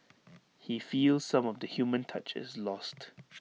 he feels some of the human touch is lost